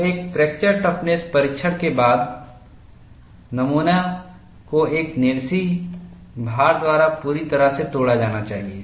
तो एक fracture toughness परीक्षण के बाद नमूना को एक निरसीयभार द्वारा पूरी तरह से तोड़ा जाना चाहिए